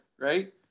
Right